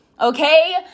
Okay